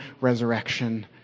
resurrection